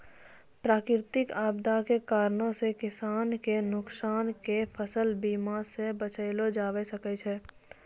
प्राकृतिक आपदा के कारणो से किसान के नुकसान के फसल बीमा से बचैलो जाबै सकै छै